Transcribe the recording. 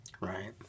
Right